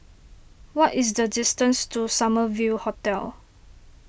what is the distance to Summer View Hotel